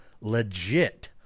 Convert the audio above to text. legit